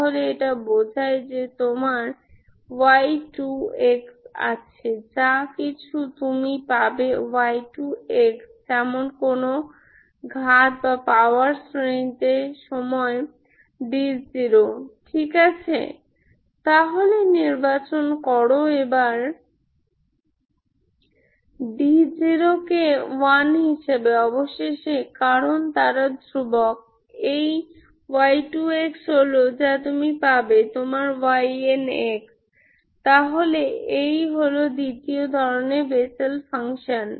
তাহলে এটা বোঝায় যে তোমার y2 আছে যা কিছু তুমি পাবে y2 যেমন কোন ঘাত শ্রেণিতে সময় d0 ঠিক আছে তাহলে নির্বাচন করো এবার d0 কে 1 হিসেবে অবশেষে কারণ তারা ধ্রুবক এই y2 হল যা তুমি পাবে তোমার yn তাহলে এই হল দ্বিতীয় ধরনের বেসেল ফাংশান